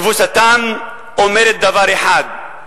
תבוסתם אומרת דבר אחד,